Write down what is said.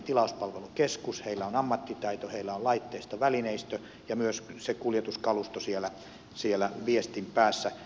heillä on ammattitaito heillä on laitteisto välineistö ja myös se kuljetuskalusto siellä viestin päässä